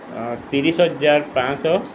ତିରିଶ ହଜାର ପାଞ୍ଚ ଶହ